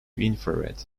infrared